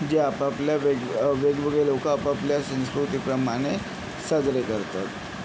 जे आपापल्या वेग वेगवेगळे लोक आपापल्या संस्कृतीप्रमाणे साजरे करतात